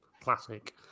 Classic